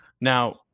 Now –